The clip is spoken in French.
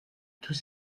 tous